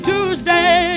Tuesday